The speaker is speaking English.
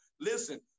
Listen